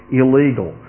illegal